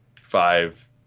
five